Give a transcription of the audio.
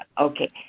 Okay